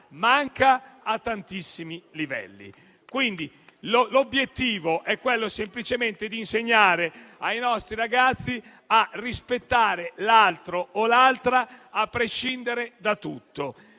manca a tantissimi livelli. L'obiettivo è quindi semplicemente quello di insegnare ai nostri ragazzi a rispettare l'altro o l'altra, a prescindere da tutto.